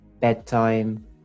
bedtime